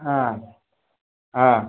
ஆ ஆ